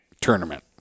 tournament